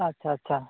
ᱟᱪᱪᱷᱟ ᱟᱪᱪᱷᱟ